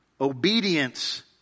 Obedience